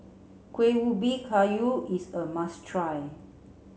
Kuih Ubi Kayu is a must try